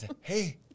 hey